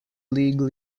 league